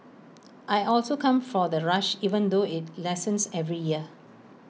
I also come for the rush even though IT lessens every year